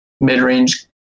mid-range